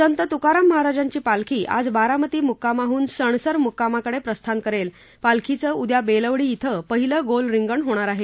संत तुकाराम महाराजांची पालखी आज बारामती मुक्कामाहून सणसर मुक्कामाकडे प्रस्थान करेल पालखीचं उद्या बेलवडी थिं पहिलं गोल रिंगण होणार आहे